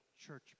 church